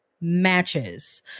matches